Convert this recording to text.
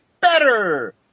better